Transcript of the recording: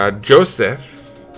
Joseph